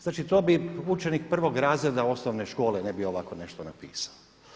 Znači to bi učenik prvog razreda osnovne škole ne bi ovako nešto napisao.